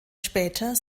später